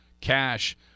Cash